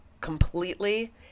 completely